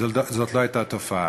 זו לא הייתה תופעה.